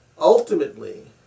ultimately